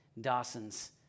Dawson's